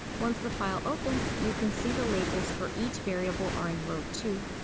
once the file opens, you can see the labels for each variable are in row two.